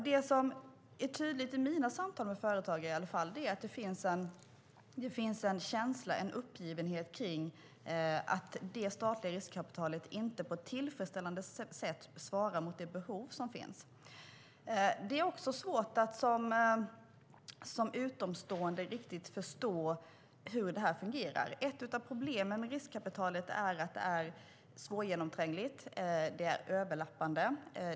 Det som är tydligt i mina samtal med företagare är att det finns en känsla av uppgivenhet för att det statliga riskkapitalet inte på ett tillfredsställande sätt svarar mot det behov som finns. Det är också svårt att som utomstående riktigt förstå hur detta fungerar. Ett av problemen med riskkapitalet är att det är svårgenomträngligt och överlappande.